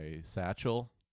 satchel